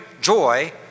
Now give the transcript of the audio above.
joy